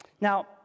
Now